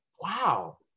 wow